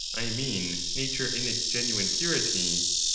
i mean nature in its genuine purity,